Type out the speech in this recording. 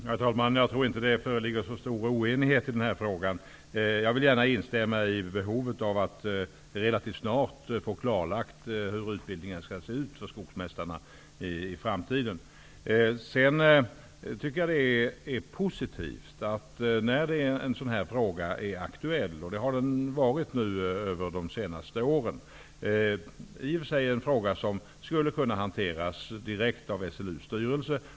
Herr talman! Jag tror inte att det föreligger särskilt stor oenighet i den här frågan. I stället instämmer jag gärna i vad som sägs om behovet av att det relativt snart blir klarlagt hur den framtida skogsmästarutbildningen skall se ut. Vidare tycker jag att det är positivt att frågor av det här slaget aktualiseras. Denna fråga har varit aktuell under de senaste åren. Frågan har hanterats direkt av SLU:s styrelse.